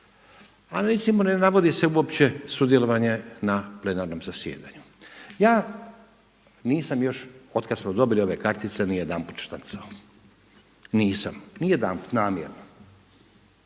ali recimo ne navodi se uopće sudjelovanje na plenarnom zasjedanju. Ja nisam još od kada smo dobili ove kartice nijedanput štancao, nisam nijedanput namjerno